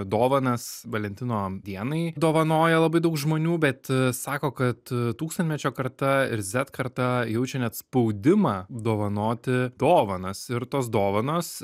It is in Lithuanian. dovanas valentino dienai dovanoja labai daug žmonių bet sako kad tūkstantmečio karta ir zet karta jaučia net spaudimą dovanoti dovanas ir tos dovanos